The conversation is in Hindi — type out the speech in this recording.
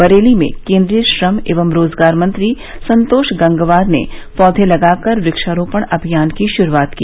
बरेली में केंद्रीय श्रम एवं रोजगार मंत्री संतोष गंगवार ने पौधे लगाकर वक्षारोपण अभियान की शुरुआत की